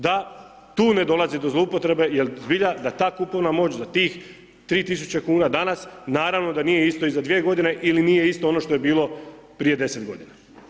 Da tu ne dolazi do zlouporabe jel zbilja da ta kupovna moć za tih 3.000 kuna danas naravno da nije isto i za 2 godine ili nije isto ono što je bilo prije 10 godina.